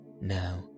now